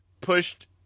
pushed